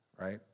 right